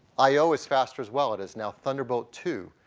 i o is faster as well, it is now thunderbolt two,